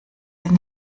den